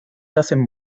hacen